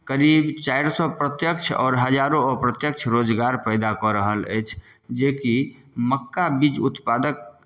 करीब चारि सए प्रत्यक्ष आओर हजारों अप्रत्यक्ष रोजगार पैदा कऽ रहल अछि जेकि मक्का बीज उत्पादक